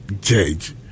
judge